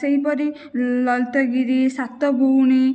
ସେହିପରି ଲଳିତଗିରି ସାତଭଉଣୀ